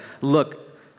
look